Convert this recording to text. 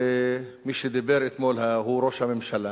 ומי שדיבר אתמול הוא ראש הממשלה,